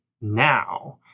now